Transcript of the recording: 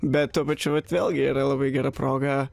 bet tuo pačiu vat vėlgi yra labai gera proga